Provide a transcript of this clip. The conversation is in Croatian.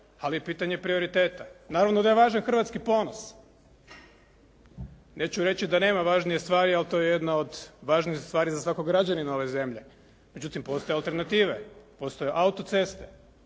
i pitanje prioriteta. Naravno da je važan hrvatski ponos. Neću reći da nema važnije stvari, ali to je jedna od važnijih stvari za svakog građanina ove zemlje. Međutim, postoje alternative, postoje autoceste.